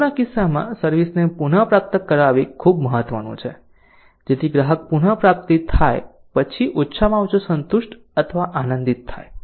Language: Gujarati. ભૂલોના કિસ્સામાં સર્વિસ ને પુનપ્રાપ્ત કરાવવી ખૂબ મહત્વનું છે જેથી ગ્રાહક પુન પ્રાપ્તિ થાય પછી ઓછામાં ઓછો સંતુષ્ટ અથવા આનંદિત થાય